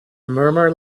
murmur